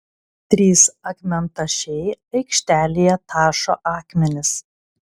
trys akmentašiai aikštelėje tašo akmenis